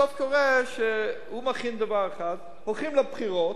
בסוף קורה שהוא מכין דבר אחד, הולכים לבחירות,